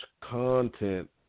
content